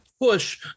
push